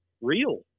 real